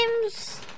games